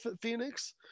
Phoenix